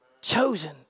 Chosen